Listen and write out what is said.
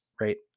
right